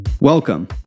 Welcome